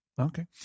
Okay